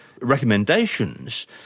recommendations